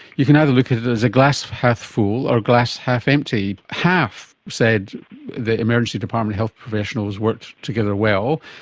you can either look at it as a glass half full or glass half empty. half said that emergency department health professionals worked together well,